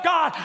God